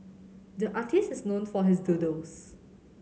the artist is known for his doodles